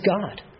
God